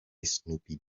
snoopy